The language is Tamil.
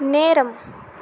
நேரம்